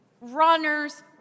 runners